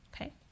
Okay